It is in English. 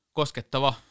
koskettava